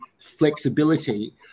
flexibility